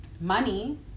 money